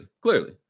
Clearly